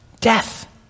death